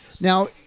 Now